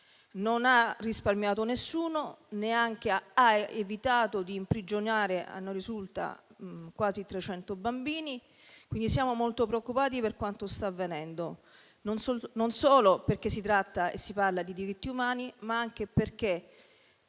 Non ha risparmiato nessuno e non ha neanche evitato di imprigionare quasi 300 bambini (come a noi risulta). Siamo molto preoccupati per quanto sta avvenendo, non solo perché si tratta e si parla di diritti umani, ma anche perché